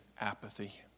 apathy